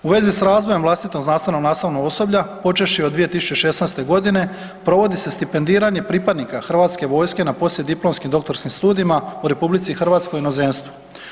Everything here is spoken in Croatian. U vezi s razvojem vlastitog znanstveno-nastavnog osoblja, počevši od 2016. g., provodi se stipendiranje pripadnika Hrvatske vojske na poslijediplomskim doktorskim studijima u RH i inozemstvu.